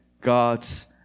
God's